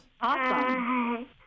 Awesome